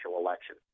election